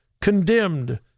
condemned